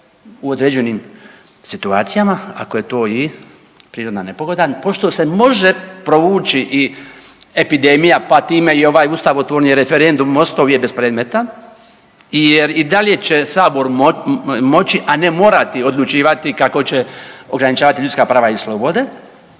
u određenim situacijama ako je to i prirodna nepogoda pošto se može provući i epidemija pa time i ovaj ustavni referendum Mostov je bespredmetan jer i dalje će Sabor moći, a ne morati odlučivati kako će ograničavati ljudska prava i slobode.